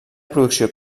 producció